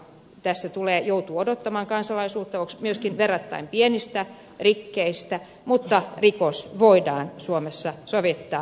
tässä joutuu odottamaan kansalaisuutta myöskin verrattaen pienistä rikkeistä johtuen mutta rikos voidaan suomessa sovittaa